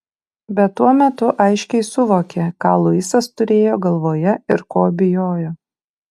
bet tuo metu aiškiai suvokė ką luisas turėjo galvoje ir ko bijojo